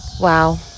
Wow